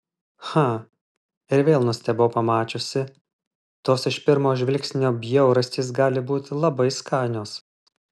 cha ir vėl nustebau pamačiusi tos iš pirmo žvilgsnio bjaurastys gali būti labai skanios